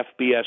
FBS